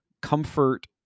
comfort